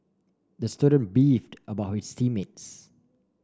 the student beefed about his team mates